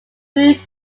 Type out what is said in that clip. food